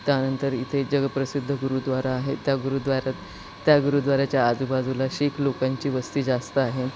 त्यानंतर इथे जगप्रसिद्ध गुरुद्वारा आहे त्या गुरुद्वाऱ्यात त्या गुरुद्वाऱ्याच्या आजूबाजूला शिख लोकांची वस्ती जास्त आहे